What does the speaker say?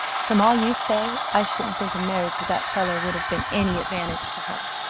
from all you say i shouldn't think a marriage with that fellow would have been any advantage to her.